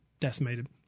Decimated